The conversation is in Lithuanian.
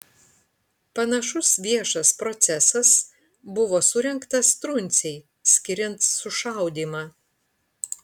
panašus viešas procesas buvo surengtas truncei skiriant sušaudymą